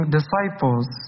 disciples